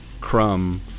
Crumb